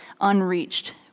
unreached